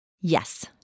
Yes